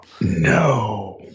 no